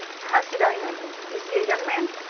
how should i know him? is he a young man?